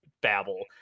babble